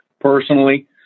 personally